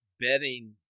betting